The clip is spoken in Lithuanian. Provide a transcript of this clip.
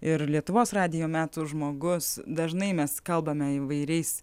ir lietuvos radijo metų žmogus dažnai mes kalbame įvairiais